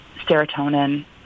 serotonin